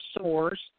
source